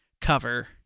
cover